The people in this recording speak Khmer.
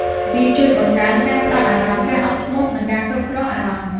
វាជួយបង្កើនការផ្តោតអារម្មណ៍ ការអត់ធ្មត់ និងការគ្រប់គ្រងអារម្មណ៍។